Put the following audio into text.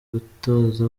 gutoza